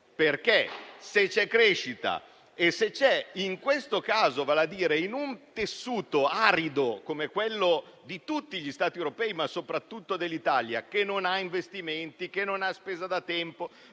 elemento è la crescita in questo caso, in un tessuto arido come quello di tutti gli Stati europei, ma soprattutto dell'Italia, che non ha investimenti, che non ha spesa da tempo,